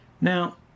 Now